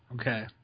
Okay